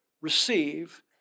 receive